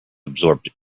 absorbed